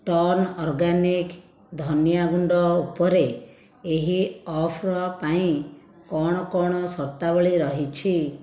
turn organic ଧନିଆ ଗୁଣ୍ଡ ଉପରେ ଏହି ଅଫ୍ର ପାଇଁ କ'ଣ କ'ଣ ସର୍ତ୍ତାବଳି ରହିଛି